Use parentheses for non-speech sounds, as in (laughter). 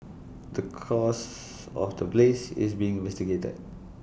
the cause (noise) of the blaze is being investigated